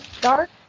Dark